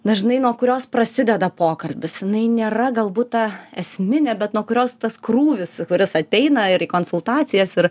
dažnai nuo kurios prasideda pokalbis jinai nėra galbūt ta esminė bet nuo kurios tas krūvis kuris ateina ir į konsultacijas ir